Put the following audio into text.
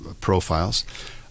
profiles